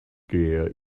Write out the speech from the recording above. gehe